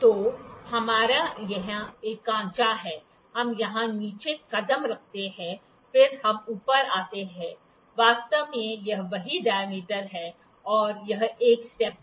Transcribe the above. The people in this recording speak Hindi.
तो हमारे यहाँ एक खांचा है हम यहाँ नीचे कदम रखते हैं फिर हम ऊपर आते हैं वास्तव में यह वही डाय्मीटर है और यह एक स्टेप है